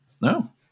No